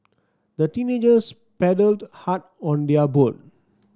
the teenagers paddled hard on their boat